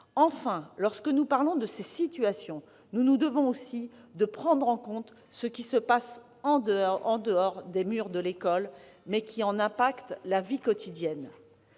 Enfin, lorsque nous parlons de ces situations, nous nous devons aussi de prendre en compte ce qui se passe au-dehors des murs de l'école, mais en affecte la vie quotidienne.